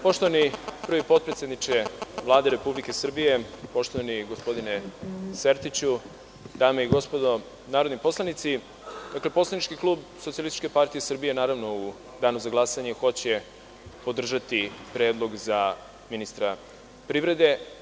Poštovani prvi potpredsedniče Vlade Republike Srbije, poštovani gospodine Sertiću, dame i gospodo narodni poslanici, poslanički klub SPS, naravno u danu za glasanje će podržati predlog za ministra privrede.